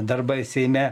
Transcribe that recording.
darbai seime